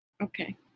Okay